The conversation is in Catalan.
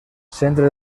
centre